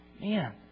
Man